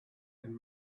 and